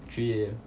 three A_M